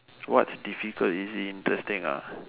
what's difficult is it interesting ah